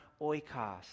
oikos